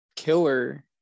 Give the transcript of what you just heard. Killer